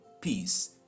peace